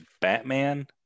Batman